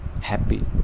happy